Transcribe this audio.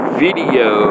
video